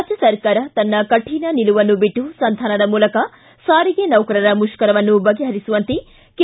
ರಾಜ್ಯ ಸರ್ಕಾರ ತನ್ನ ಕಠಿಣ ನಿಲುವನ್ನು ಬಿಟ್ಟು ಸಂಧಾನದ ಮೂಲಕ ಸಾರಿಗೆ ನೌಕರರ ಮುಷ್ಠರವನ್ನು ಬಗೆಹರಿಸುವಂತೆ ಕೆ